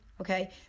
Okay